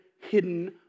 hidden